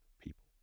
people